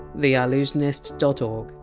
theallusionist dot o